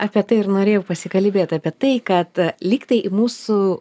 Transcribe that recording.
apie tai ir norėjau pasikalbėt apie tai kad lyg tai į mūsų